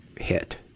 hit